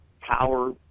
power